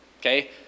okay